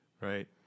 right